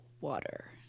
water